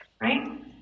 right